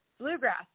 bluegrass